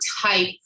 type